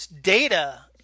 data